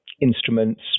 instruments